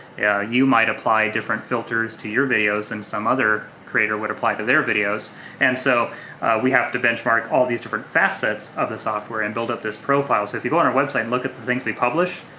you might apply different filters to your videos than and some other creator would apply to their videos and so we have to benchmark all these different facets of the software and build up this profile. so if you go on our website and look at the things we publish,